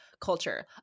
culture